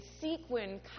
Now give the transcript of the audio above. sequin